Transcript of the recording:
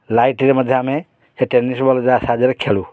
ଲାଇଟ୍ରେ ମଧ୍ୟ ଆମେ ସେ ଟେନିସ୍ ବଲ୍ ଯାହା ସାହାଯ୍ୟରେ ଖେଳୁ